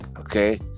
okay